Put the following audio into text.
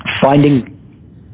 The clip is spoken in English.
Finding